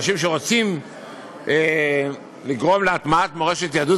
אנשים שרוצים לגרום להטמעת מורשת יהדות